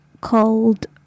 called